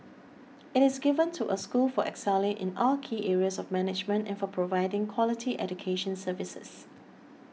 it is given to a school for excelling in all key areas of management and for providing quality education services